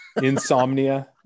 insomnia